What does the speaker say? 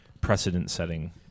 precedent-setting